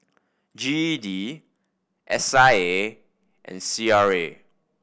G E D S I A and C R A